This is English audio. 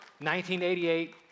1988